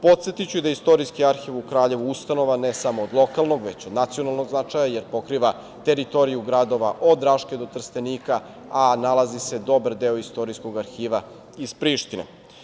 Podsetiću i da je Istorijski arhiv u Kraljevu ustanova ne samo od lokalnog, već od nacionalnog značaja, jer pokriva teritoriju gradova od Raške do Trstenika, a nalazi se dobar deo Istorijskog arhiva iz Prištine.